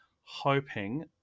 hoping